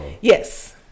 Yes